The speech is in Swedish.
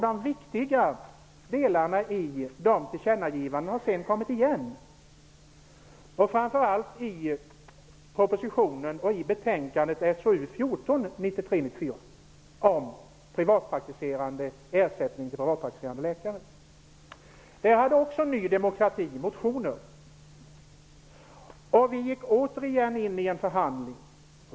De viktiga delarna i de tillkännagivandena har sedan kommit igen, framför allt i propositionen och betänkandet 1993/94:SoU14 om ersättning till privatpraktiserande läkare. Ny demokrati väckte motioner, och vi gick återigen in i en förhandling.